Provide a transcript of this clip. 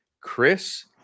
Chris